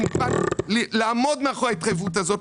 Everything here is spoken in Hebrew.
אני מוכן לעמוד מאחורי ההתחייבות הזאת.